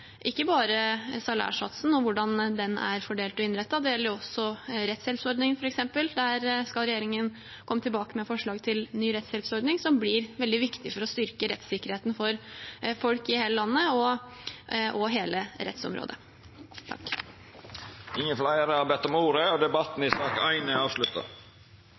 ikke bare salærsatsen og hvordan den er fordelt og innrettet, det gjelder også f.eks. rettshjelpsordningen. Der skal regjeringen komme tilbake med forslag til ny rettshjelpsordning, noe som blir veldig viktig for å styrke rettssikkerheten til folk i hele landet og hele rettsområdet. Fleire har ikkje bedt om ordet til sak nr. 1. Etter ynske frå justiskomiteen vil presidenten ordna debatten